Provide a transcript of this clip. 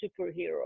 superhero